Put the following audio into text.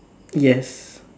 yes